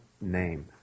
name